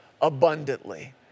abundantly